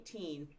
2018